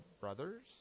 brothers